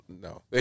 No